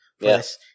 Yes